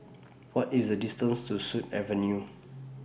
What IS The distance to Sut Avenue